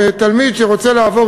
שתלמיד שרוצה לעבור,